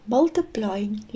Multiplying